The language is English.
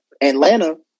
Atlanta